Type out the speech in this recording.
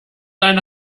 eine